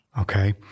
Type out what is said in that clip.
okay